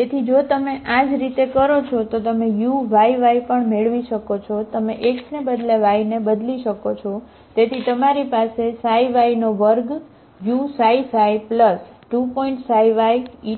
તેથી જો તમે આ જ રીતે કરો છો તો તમે uyy પણ મેળવી શકો છો તમે x ને બદલે y ને બદલી શકો છો તેથી તમારી પાસે y2uξξ2∙ ξyyuξηy2uηη